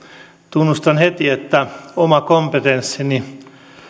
tunnustan heti että oma kompetenssini